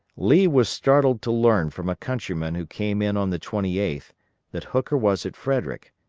lee was startled to learn from a countryman who came in on the twenty eighth that hooker was at frederick,